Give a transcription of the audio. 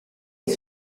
eis